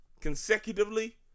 consecutively